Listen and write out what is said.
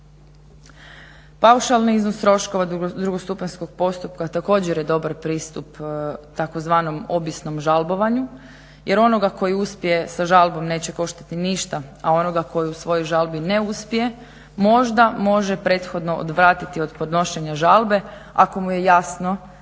Paušalni iznos troškova drugostupanjskog postupka također je dobar pristup tzv. obijesnom žalbovanju jer onoga koji uspije sa žalbom neće koštati ništa a onoga koji u svojoj žalbi ne uspije možda može prethodno odvratiti od podnošenja žalbe ako mu je jasno